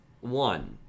One